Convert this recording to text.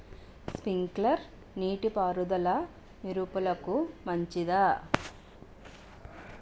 Sprinkler నీటిపారుదల మిరపకు మంచిదా?